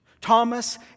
Thomas